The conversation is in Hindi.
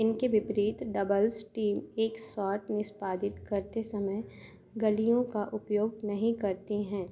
इनके विपरीत डबल्स टीम एक शॉट निष्पादित करते समय गलियों का उपयोग नहीं करती हैं